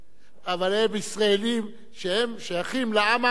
אבל הם ישראלים ששייכים לעם הארמני.